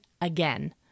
again